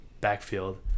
backfield